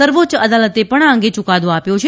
સર્વોચ્ય અદાલતે પણ આ અંગે યુકાદો આપ્યો છે